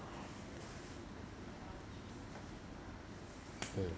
mm